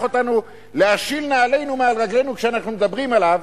אותנו להשיל נעלינו מעל רגלינו כשאנחנו מדברים עליו,